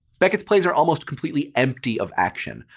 beckett's plays are almost completely empty of action.